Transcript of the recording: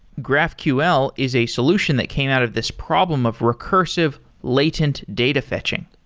graphql is a solution that came out of this problem of recursive latent data fetching.